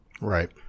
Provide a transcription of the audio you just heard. Right